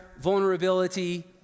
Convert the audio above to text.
vulnerability